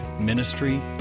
ministry